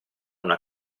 una